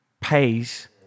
Pays